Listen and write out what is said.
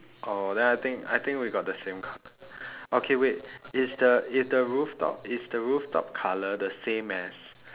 oh then I think I think we got the same colour okay wait is the is the rooftop is the roof top colour the same as